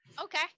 Okay